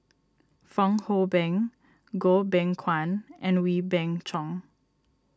Fong Hoe Beng Goh Beng Kwan and Wee Beng Chong